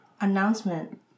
Announcement